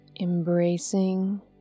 embracing